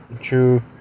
true